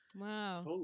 Wow